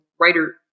writer